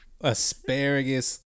asparagus